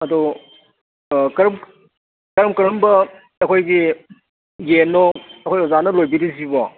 ꯑꯗꯣ ꯀꯔꯝ ꯀꯔꯝ ꯀꯔꯝꯕ ꯑꯩꯈꯣꯏꯒꯤ ꯌꯦꯟꯅꯣ ꯑꯩꯈꯣꯏ ꯑꯣꯖꯥꯅ ꯂꯣꯏꯕꯤꯔꯤꯁꯤꯕꯣ